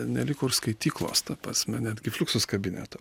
neliko ir skaityklos ta prasme netgi fluxus kabineto